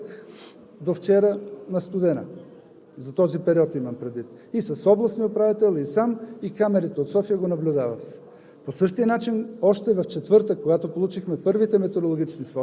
Питайте полицаите, там четири пъти съм ходил – от миналия петък до вчера, на „Студена“ – за този период имам предвид, и с областния управител, и сам, и камерите от София го наблюдават.